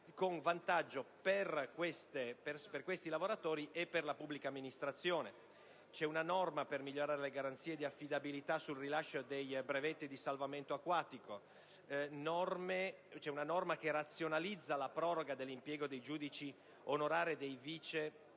con vantaggio per questi lavoratori e per la pubblica amministrazione; una norma per migliorare le garanzie di affidabilità sul rilascio dei brevetti di salvamento acquatico; una norma che razionalizza la proroga dell'impiego dei giudici onorari e dei vice